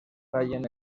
tallen